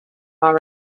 are